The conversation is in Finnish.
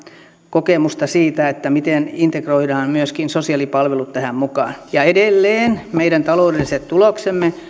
kokemusta siitä miten integroidaan myöskin sosiaalipalvelut tähän mukaan edelleen meidän taloudelliset tuloksemme